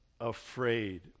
afraid